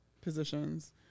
positions